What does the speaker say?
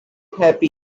happy